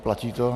Platí to?